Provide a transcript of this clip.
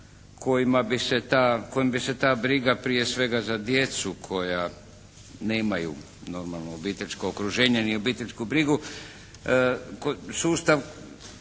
kojima bi se ta briga prije svega za djecu koja nemaju normalno obiteljsko okruženje ni obiteljsku brigu, sustav